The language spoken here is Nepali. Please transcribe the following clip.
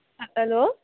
हेलो